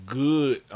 good